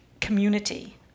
community